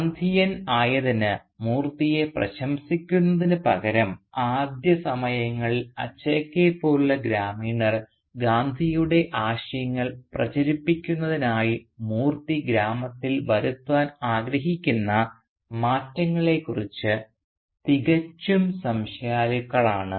ഗാന്ധിയൻ ആയതിന് മൂർത്തിയെ പ്രശംസിക്കുന്നതിനുപകരം ആദ്യ സമയങ്ങളിൽ അച്ചക്കയെപ്പോലുള്ള ഗ്രാമീണർ ഗാന്ധിയുടെ ആശയങ്ങൾ പ്രചരിപ്പിക്കുന്നതിനായി മൂർത്തി ഗ്രാമത്തിൽ വരുത്താൻ ആഗ്രഹിക്കുന്ന മാറ്റങ്ങളെക്കുറിച്ച് തികച്ചും സംശയാലുക്കളാണ്